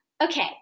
Okay